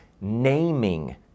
naming